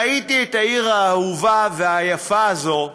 ראיתי את העיר האהובה והיפה הזאת בשמחות,